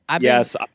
Yes